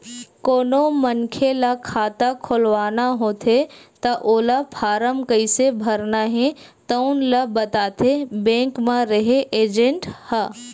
कोनो मनखे ल खाता खोलवाना होथे त ओला फारम कइसे भरना हे तउन ल बताथे बेंक म रेहे एजेंट ह